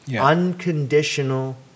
unconditional